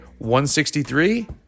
163